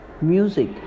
music